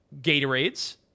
Gatorades